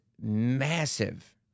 massive